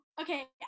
okay